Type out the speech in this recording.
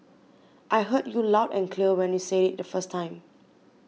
I heard you loud and clear when you said it the first time